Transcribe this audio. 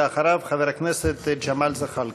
אחריו, חבר הכנסת ג'מאל זחאלקה.